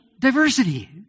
diversity